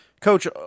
Coach